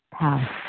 past